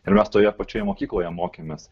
ir mes toje pačioje mokykloje mokėmės